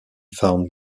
found